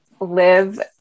live